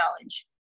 knowledge